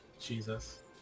Jesus